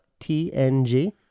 TNG